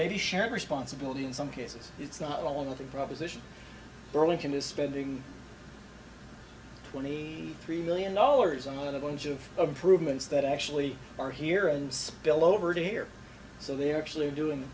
maybe shared responsibility in some cases it's not only the proposition burlington is spending twenty three million dollars on a bunch of improvements that actually are here and spill over to here so they're actually doing